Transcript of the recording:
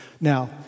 Now